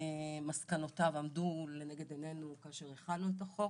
מסקנותיו עמדו לנגד עינינו כאשר הכנו את החוק,